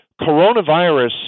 Coronavirus